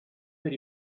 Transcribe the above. per